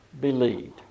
believed